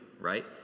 right